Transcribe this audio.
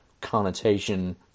connotation